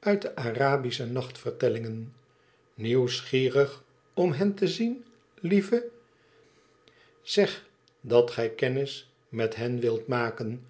uit de arabische nachtvertellingen nieuwsgierig om hen te zien lieve zeg dat gij kennis met hen wilt maken